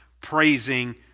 praising